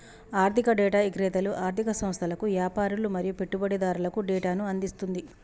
ఆర్ధిక డేటా ఇక్రేతలు ఆర్ధిక సంస్థలకు, యాపారులు మరియు పెట్టుబడిదారులకు డేటాను అందిస్తుంది